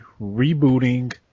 rebooting